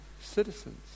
citizens